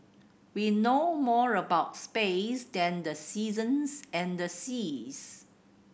we know more about space than the seasons and the seas